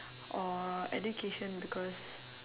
or education because